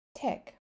tick